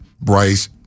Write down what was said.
Bryce